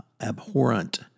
abhorrent